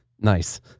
Nice